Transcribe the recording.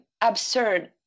absurd